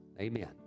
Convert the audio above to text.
Amen